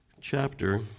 chapter